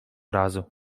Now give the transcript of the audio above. razu